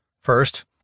First